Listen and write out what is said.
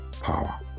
power